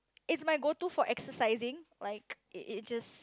it's my go to for exercising like it it's just